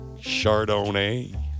Chardonnay